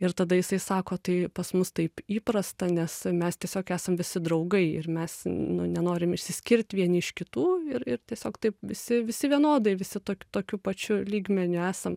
ir tada jisai sako tai pas mus taip įprasta nes mes tiesiog esam visi draugai ir mes nu nenorim išsiskirt vieni iš kitų ir ir tiesiog taip visi visi vienodai visi tokiu pačiu lygmeniu esam